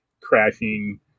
crashing